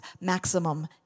maximum